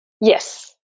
Yes